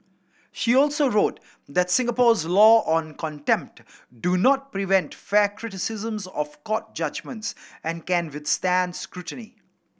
she also wrote that Singapore's laws on contempt do not prevent fair criticisms of court judgements and can withstand scrutiny